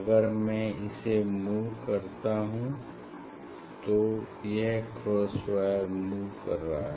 अगर मैं इसे मूव करता हूँ तो यह क्रॉस वायर मूव कर रहा है